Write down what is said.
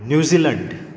New Zealand